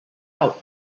out